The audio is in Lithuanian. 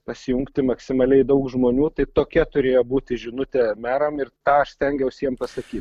pasijungti maksimaliai daug žmonių tai tokia turėjo būti žinutė meram ir tą aš stengiaus jiem pasakyt